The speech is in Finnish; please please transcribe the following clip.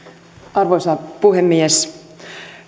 arvoisa puhemies